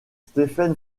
stephen